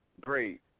great